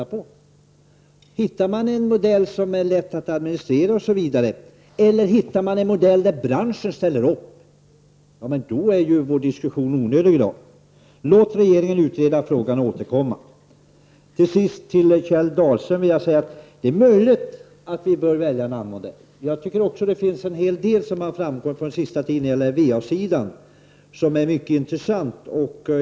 Om man hittar en modell som är lätt att administrera eller en modell där branschen ställer upp, då är vår diskussion i dag onödig. Låt regeringen utreda frågan och sedan återkomma! Till sist vill jag säga till Kjell Dahlström att det är möjligt att vi bör välja en annan modell. Det finns en hel del som har framkommit under den senaste tiden när det gäller VA-sidan som är mycket intressant.